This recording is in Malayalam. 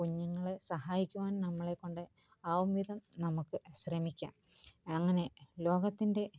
കുഞ്ഞുങ്ങളെ സഹായിക്കുവാൻ നമ്മളെക്കൊണ്ട് ആവുംവിധം നമക്ക് ശ്രമിക്കാം അങ്ങനെ ലോകത്തിൻ്റെ